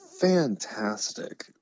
fantastic